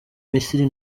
misiri